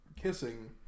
kissing